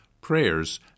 prayers